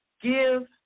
give